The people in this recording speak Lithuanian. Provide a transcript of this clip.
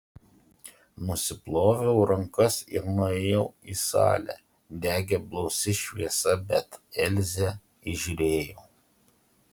nusiploviau rankas ir nuėjau į salę degė blausi šviesa bet elzę įžiūrėjau